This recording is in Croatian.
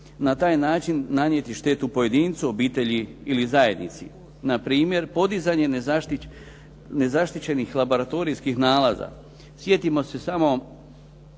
na taj način nanijeti štetu pojedincu, obitelji ili zajednici. Na primjer, podizanje nezaštićenih laboratorijskih nalaza. Sjetimo se samo